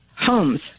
homes